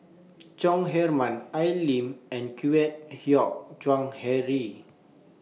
Chong Heman Al Lim and Kwek Hian Chuan Henry